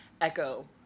Echo